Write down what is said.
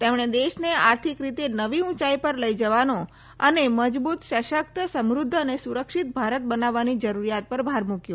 તેમણે દેશને આર્થિકરીતે નવી ઉંચાઈ પર લઈ જવાનો અને મજબૂત સશક્ત સમૃદ્ધ અને સુરક્ષિત ભારત બનાવવાની જરૂરિયાત પર ભાર મૂક્યો